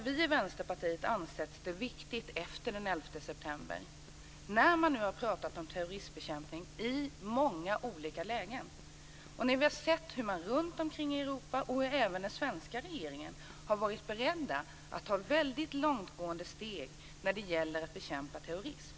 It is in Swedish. Vi i Vänsterpartiet har ansett styrkan viktig när man efter den 11 september i många olika lägen har pratat om terroristbekämpning. Vi har sett hur man runt om i Europa, och även i den svenska regeringen, har varit beredd att ta långtgående steg när det gäller att bekämpa terrorism.